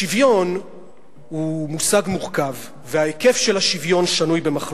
השוויון הוא מושג מורכב וההיקף של השוויון שנוי במחלוקת,